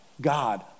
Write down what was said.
God